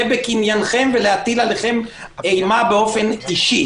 וכן בקניינכם ולהטיל עליכם אימה באופן אישי.